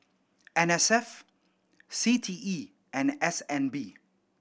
N S F C T E and S N B